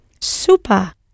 Super